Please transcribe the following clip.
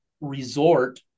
resort